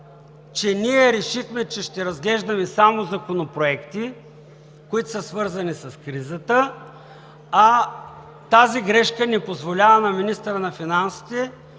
че ние решихме, че ще разглеждаме само законопроекти, които са свързани с кризата, а тази грешка не позволява на министъра на финансите